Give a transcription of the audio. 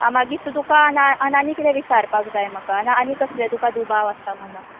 आं मागीर तूं तुका आन आनी कितें विचारपाक जाय म्हाका वा आनी कसले दुबाव आसा मनान